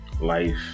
life